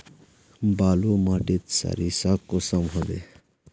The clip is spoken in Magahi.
बालू माटित सारीसा कुंसम होबे?